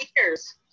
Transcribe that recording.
years